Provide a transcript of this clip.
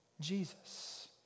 Jesus